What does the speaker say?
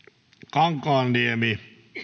kankaanniemi